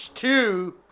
two